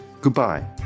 goodbye